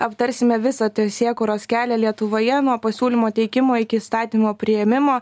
aptarsime visą teisėkūros kelią lietuvoje nuo pasiūlymo teikimo iki įstatymo priėmimo